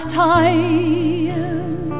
time